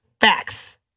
Facts